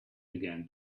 began